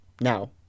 now